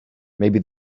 maybe